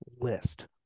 list